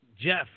Jeff